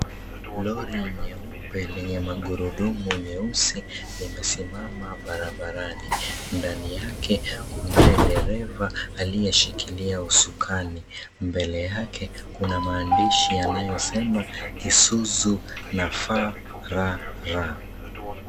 Lori nyeupe lenye magurudumu meusi, limesimama barabarani. Ndani yake, kunaye dereva aliyeshikilia usukani. Mbele yake kuna maandishi yanayosema, "Isuzu FRR".